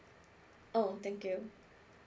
oh thank you